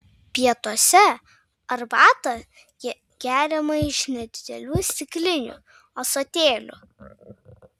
pietuose arbata geriama iš nedidelių stiklinių ąsotėlių